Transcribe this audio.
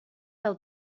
del